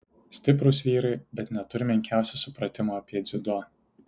stiprūs vyrai bet neturi menkiausio supratimo apie dziudo